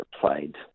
played